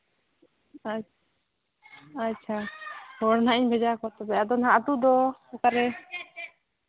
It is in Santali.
ᱟᱪᱪᱷᱟ ᱦᱚᱲ ᱦᱟᱸᱜ ᱤᱧ ᱵᱷᱮᱡᱟ ᱠᱚᱣᱟ ᱛᱚᱵᱮ ᱱᱟᱦᱟᱜ ᱟᱹᱛᱩ ᱫᱚ ᱚᱠᱟᱨᱮ